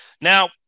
Now